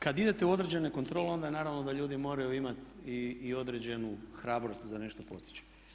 Kad idete u određene kontrole onda naravno da ljudi moraju imati i određenu hrabrost za nešto postići.